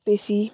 बेसी